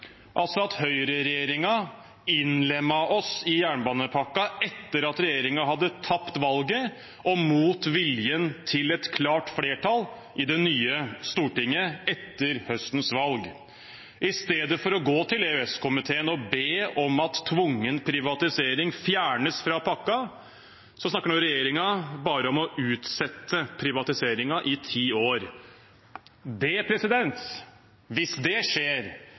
at høyreregjeringen innlemmet oss i jernbanepakken etter at regjeringen hadde tapt valget, og mot viljen til et klart flertall i det nye Stortinget etter høstens valg. I stedet for å gå til EØS-komiteen og be om at tvungen privatisering fjernes fra pakken, snakker regjeringen nå bare om å utsette privatiseringen i ti år. Hvis det skjer, vil det